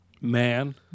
Man